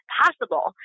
possible